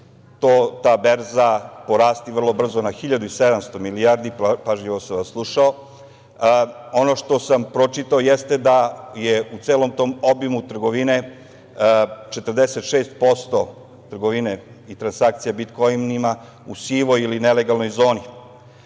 ta berza porasti vrlo na 1.700 milijardi, pažljivo sam vas slušao. Ono što sam pročitao jeste da je u celom tom obimu trgovine 46% trgovine i transakcija bitkoinima u sivoj ili nelegalnoj zoni.